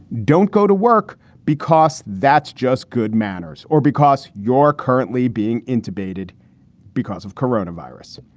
don't go to work because that's just good manners or because your currently being intubated because of corona virus.